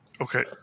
Okay